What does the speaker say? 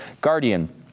Guardian